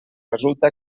resulta